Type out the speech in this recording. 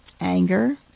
anger